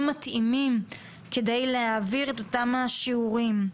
מתאימים כדי להעביר את אותם השיעורים.